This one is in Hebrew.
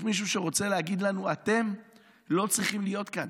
יש מישהו שרוצה להגיד לנו: אתם לא צריכים להיות כאן.